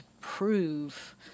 prove